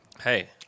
Hey